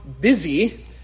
busy